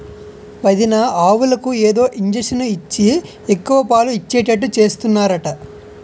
వదినా ఆవులకు ఏదో ఇంజషను ఇచ్చి ఎక్కువ పాలు ఇచ్చేటట్టు చేస్తున్నారట